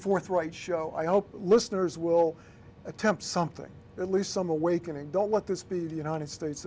forthright show i hope listeners will attempt something at least some awakening don't let this be the united states